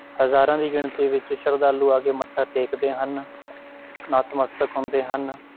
ਹਜ਼ਾਰਾਂ ਦੀ ਗਿਣਤੀ ਵਿੱਚ ਸ਼ਰਧਾਲੂ ਆ ਕੇ ਮੱਥਾ ਟੇਕਦੇ ਹਨ ਨਤਮਸਤਕ ਹੁੰਦੇ ਹਨ